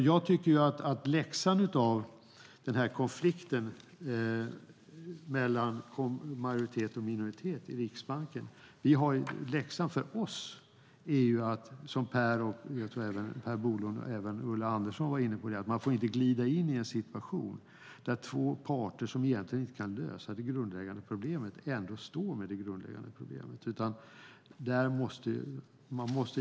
Läxan för oss med tanke på konflikten mellan majoritet och minoritet i Riksbanken, som även Per Bolund och Ulla Andersson var inne på, är att man inte får glida in i en situation där två parter som inte kan lösa det grundläggande problemet ändå står där med det grundläggande problemet.